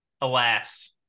Alas